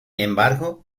embargo